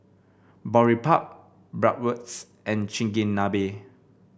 Boribap Bratwurst and Chigenabe